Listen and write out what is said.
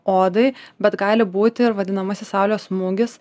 odai bet gali būti ir vadinamasis saulės smūgis